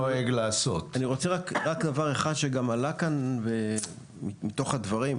אני רוצה לומר דבר אחד שגם עלה כאן מתוך הדברים.